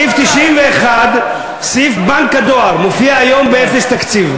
סעיף 91, סעיף בנק הדואר, מופיע היום באפס תקציב.